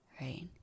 right